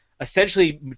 essentially